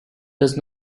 does